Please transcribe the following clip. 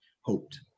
hoped